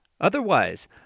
Otherwise